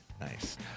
Nice